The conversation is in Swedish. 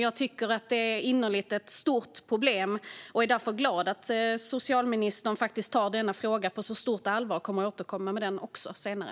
Jag tycker innerligt att det är ett stort problem och är därför glad att socialministern tar frågan på så stort allvar och kommer att återkomma i detta senare.